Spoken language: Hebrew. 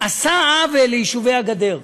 זה עשה עוול ליישובי הגדר,